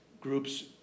groups